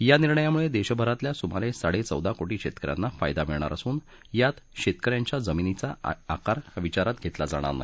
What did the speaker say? या निर्णयामुळे देशभरातल्या सुमारे साडेचौदा कोटी शेतकऱ्यांना फायदा मिळणार असून यात शेतकऱ्यांच्या जमिनीचा आकार विचारात घेतला जाणार नाही